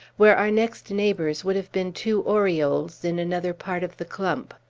where our next neighbors would have been two orioles in another part of the clump.